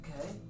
Okay